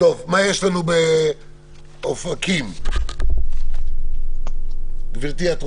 עיריית אופקים מצו